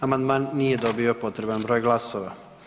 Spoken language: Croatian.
Amandman nije dobio potreban broj glasova.